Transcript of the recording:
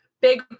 big